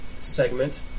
segment